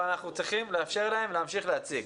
אבל אנחנו צריכים לאפשר להם להמשיך להציג.